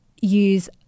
use